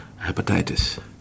hepatitis